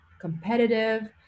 competitive